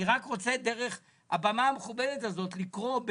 אני רק רוצה דרך הבמה המכובדת הזאת לקרוא.